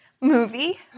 movie